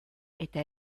eta